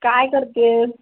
काय करते आहेस